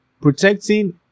Protecting